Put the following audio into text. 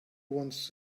wants